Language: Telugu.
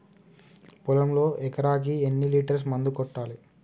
పొలంలో ఎకరాకి ఎన్ని లీటర్స్ మందు కొట్టాలి?